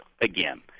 again